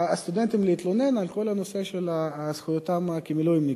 הסטודנטים להתלונן על כל הנושא של זכויותיהם כמילואימניקים.